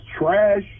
trash